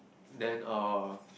then uh